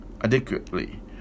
adequately